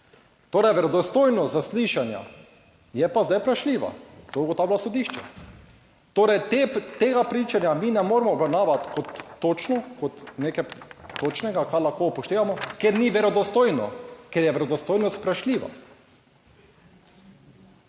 Torej verodostojnost zaslišanja je pa zdaj vprašljiva. To ugotavlja sodišče. Torej tega pričanja mi ne moremo obravnavati kot točno, kot nekaj točnega, kar lahko upoštevamo, ker ni verodostojno, ker je verodostojnost vprašljiva.